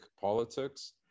politics